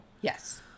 yes